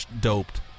doped